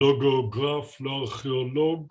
‫לא גיאוגרף, לא ארכיאולוג.